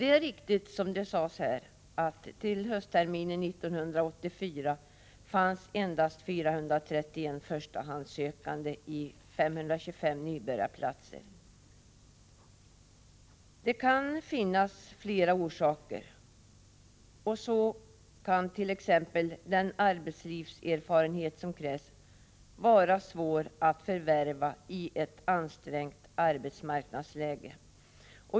Det är riktigt, som det sades, att det till höstterminen 1984 fanns endast 431 förstahandssökande till 525 nybörjarplatser. Det kan finnas flera orsaker till detta. Så kan t.ex. den arbetslivserfarenhet som krävs vara svår att förvärva i ett ansträngt arbetsmarknadsläge.